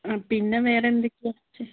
ആ പിന്നെ വേറെന്തൊക്കെയാ